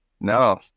No